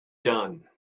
done